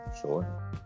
sure